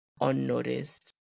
unnoticed